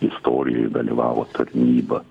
istorijoj dalyvavo tarnyba